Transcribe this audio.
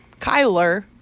Kyler